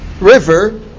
river